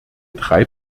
drei